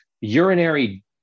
urinary